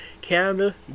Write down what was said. Canada